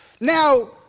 Now